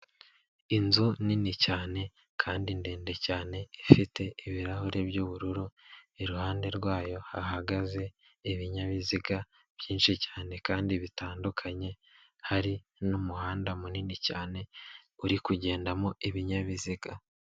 Inzu nini cyane kandi ndende cyane ifite ibirahuri by'ubururu, iruhande rwayo hahagaze ibinyabiziga byinshi cyane kandi bitandukanye, hari n'umuhanda munini cyane uri kugendamo ibinyabiziga.